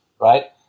right